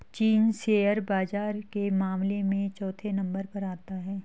चीन शेयर बाजार के मामले में चौथे नम्बर पर आता है